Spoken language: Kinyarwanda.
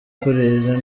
kurira